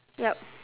yup